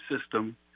system